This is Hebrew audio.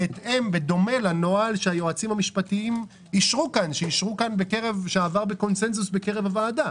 בדומה לנוהל שהיועצים המשפטיים אישרו ושכבר בקונצנזוס בקרב הוועדה.